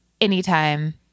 anytime